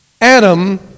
Adam